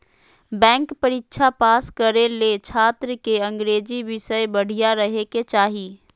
bank परीक्षा pass करे ले छात्र के अंग्रेजी विषय बढ़िया रहे के चाही